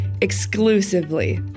exclusively